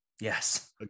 Yes